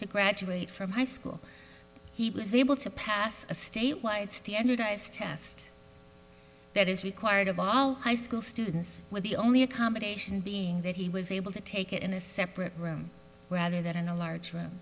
to graduate from high school he was able to pass a statewide standardized test that is required of all high school students with the only accommodation being that he was able to take it in a separate room rather than in a large